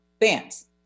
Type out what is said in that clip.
fans